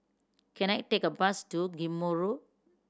can I take a bus to Ghim Moh Road